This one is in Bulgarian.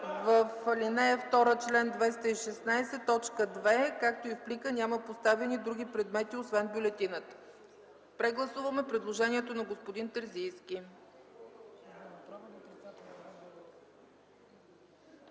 в ал. 2 от чл. 216, т. 2 – „както и в плика няма поставени други предмети, освен бюлетината”. Прегласуваме предложението на господин Терзийски.